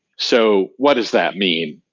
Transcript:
so, what does that mean?